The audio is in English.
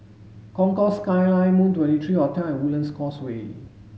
Concourse Skyline Moon twenty three Hotel Woodlands Causeway